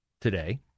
today